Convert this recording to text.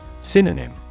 Synonym